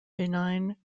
benign